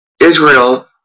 Israel